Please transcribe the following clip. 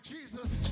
Jesus